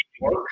work